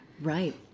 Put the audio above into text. right